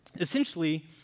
essentially